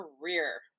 career